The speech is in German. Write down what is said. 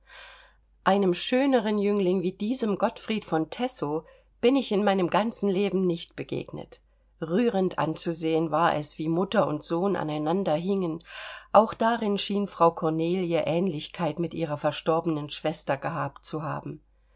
einem schöneren jüngling wie diesem gottfried von tessow bin ich in meinem ganzen leben nicht begegnet rührend anzusehen war es wie mutter und sohn an einander hingen auch darin schien frau kornelie ähnlichkeit mit ihrer verstorbenen schwester gehabt zu haben